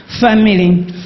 family